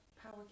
power